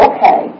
Okay